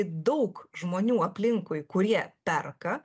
daug žmonių aplinkui kurie perka